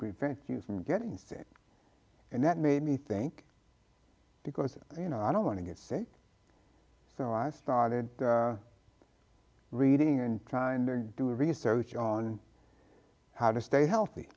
prevent you from getting sick and that made me think because you know i don't want to get sick so i started reading and trying to do research on how to stay healthy